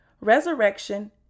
resurrection